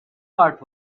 part